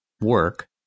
work